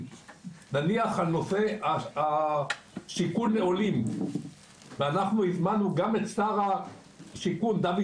נניח על נושא שיכון עולים ואנחנו הזמנו גם את שר השיכון דוד